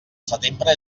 setembre